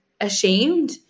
ashamed